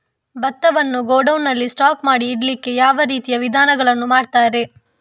ಭತ್ತವನ್ನು ಗೋಡೌನ್ ನಲ್ಲಿ ಸ್ಟಾಕ್ ಮಾಡಿ ಇಡ್ಲಿಕ್ಕೆ ಯಾವ ರೀತಿಯ ವಿಧಾನಗಳನ್ನು ಮಾಡ್ತಾರೆ?